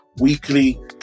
weekly